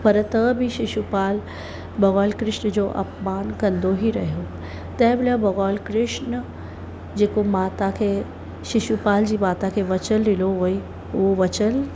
पर त बि शिषुपाल भॻवान कृष्ण जो अपमानु कंदो ई रहियो तंहिंमहिल भॻवानु कृष्ण जेको माता खे शिषुपाल जी माता खे वचन ॾिनो हुअईं उहो वचन